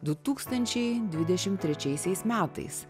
du tūkstančiai dvidešim trečiaisiais metais